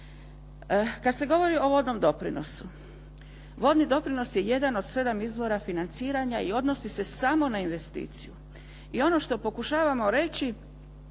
Kad se govori o vodnom doprinosu, vodni doprinos je jedan od sedam izvora financiranja i odnosi se samo na investiciju. I ono što pokušavamo reći